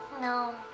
No